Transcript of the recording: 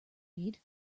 weed